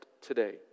today